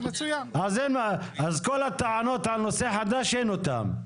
אז הנה, כל הטענות על נושא חדש אין אותן.